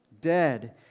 Dead